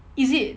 is it